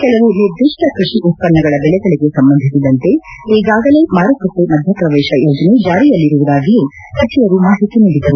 ಕೆಲವು ನಿರ್ದಿಷ್ಟ ಕೃಷಿ ಉತ್ತನ್ನಗಳ ಬೆಲೆಗಳಿಗೆ ಸಂಬಂಧಿಸಿದಂತೆ ಈಗಾಗಲೇ ಮಾರುಕಟ್ಟೆ ಮಧ್ಯಪ್ರವೇಶ ಯೋಜನೆ ಜಾರಿಯಲ್ಲಿರುವುದಾಗಿಯೂ ಸಚಿವರು ಮಾಹಿತಿ ನೀಡಿದರು